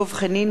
דב חנין,